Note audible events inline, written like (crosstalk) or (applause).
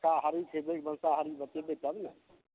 माँसाहारी छै (unintelligible) माँसाहारी बतेबै तब ने